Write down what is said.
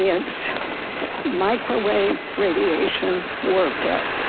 yeah it's microwave radiation warfare,